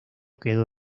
quedó